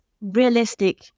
realistic